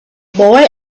boy